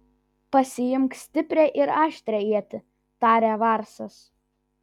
pasiimk stiprią ir aštrią ietį tarė varsas